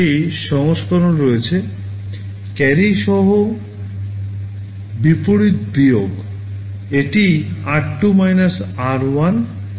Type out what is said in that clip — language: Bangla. একইভাবে borrow সহ একটি সংস্করণ রয়েছে ক্যারি সহ বিপরীত বিয়োগ এটি r2 r1 C 1